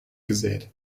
gesät